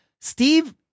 Steve